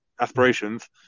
aspirations